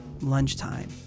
lunchtime